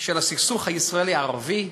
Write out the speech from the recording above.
של הסכסוך הישראלי ערבי,